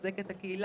לחזק את הקהילה,